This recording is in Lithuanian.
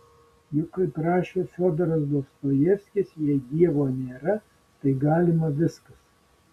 juk kaip rašė fiodoras dostojevskis jei dievo nėra tai galima viskas